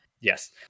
Yes